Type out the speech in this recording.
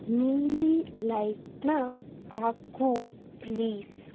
ನೀಲಿ ಲೈಟನ್ನ ಹಾಕು ಪ್ಲೀಸ್